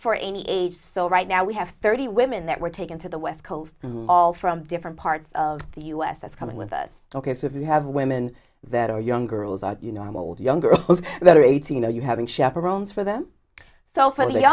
for any age so right now we have thirty women that were taken to the west coast all from different parts of the u s that's coming with us ok so we have women that are young girls are you know i'm old young girls that are eighteen are you having chaperones for them so for the